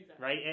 right